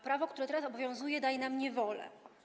Prawo, które teraz obowiązuje, daje nam niewolę.